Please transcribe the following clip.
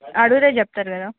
అడిగితే చెప్తారు కదా